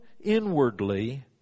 inwardly